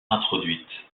introduites